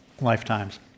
lifetimes